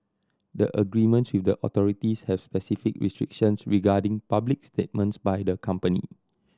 the agreements with the authorities have specific restrictions regarding public statements by the company